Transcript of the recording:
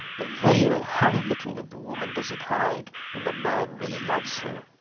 the veil! how little of the woman does it hide, when the man really loves her!